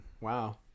wow